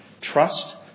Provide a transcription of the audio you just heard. trust